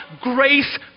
grace